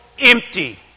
empty